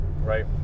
Right